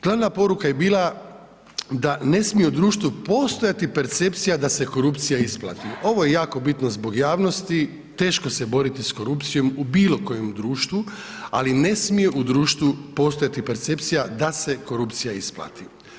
Glavna poruka je bila da ne smije u društvu postojati percepcija da se korupcija isplati, ovo je jako bitno zbog javnosti teško se boriti s korupcijom u bilo kojem društvu, ali ne smije u društvu postojati percepcija da se korupcija isplati.